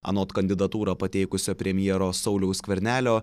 anot kandidatūrą pateikusio premjero sauliaus skvernelio